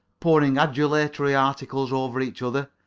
pouring adulatory articles over each other.